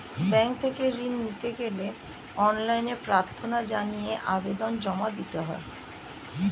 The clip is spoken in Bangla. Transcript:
ব্যাংক থেকে ঋণ নিতে গেলে অনলাইনে প্রার্থনা জানিয়ে আবেদন জমা দিতে হয়